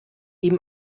ihm